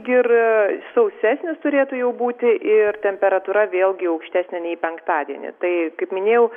ir sausesnis turėtų jau būti ir temperatūra vėlgi aukštesnė nei penktadienį tai kaip minėjau